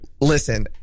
Listen